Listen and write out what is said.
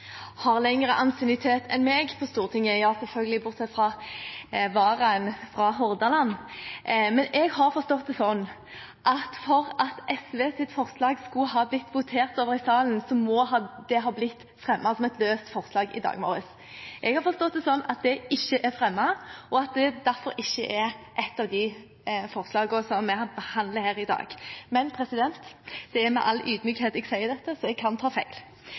har lengre ansiennitet enn meg på Stortinget – selvfølgelig bortsett fra varaen fra Hordaland – men jeg har forstått det sånn at for at SVs forslag skulle ha blitt votert over i salen, måtte det ha blitt fremmet som et løst forslag i dag morges. Jeg har forstått det sånn at det ikke er fremmet, og at det derfor ikke er et av de forslagene som vi behandler her i dag. Men det er med all ydmykhet jeg sier dette, jeg kan ta feil.